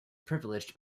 privileged